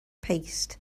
paste